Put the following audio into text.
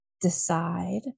decide